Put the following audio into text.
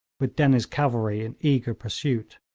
with dennie's cavalry in eager pursuit.